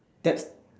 test